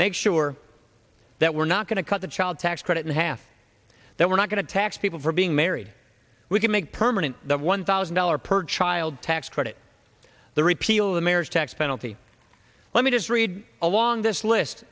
make sure that we're not going to cut the child tax credit in half that we're not going to tax people for being married we can make permanent the one thousand dollars per child tax credit the repeal of the marriage tax penalty let me just read along this list